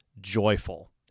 joyful